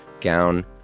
gown